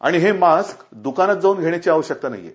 आणि हे मास्क दुकानात जाऊन घेण्याची आवश्यकता नाहीये